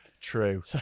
True